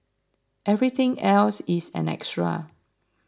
everything else is an extra